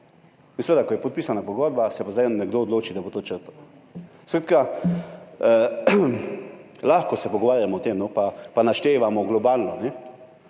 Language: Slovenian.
In ko je podpisana pogodba, se pa zdaj nekdo odloči, da bo to črtal. Lahko se pogovarjamo o tem pa naštevamo globalno,